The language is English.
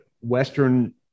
Western